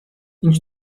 idź